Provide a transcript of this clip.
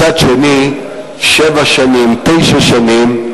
מצד שני, שבע שנים, תשע שנים,